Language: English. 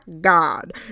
god